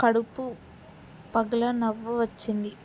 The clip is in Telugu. కడుపు పగల నవ్వు వచ్చింది